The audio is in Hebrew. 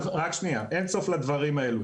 אין-סוף לדברים האלו.